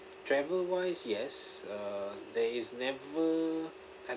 travel wise yes uh there is never I